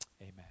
Amen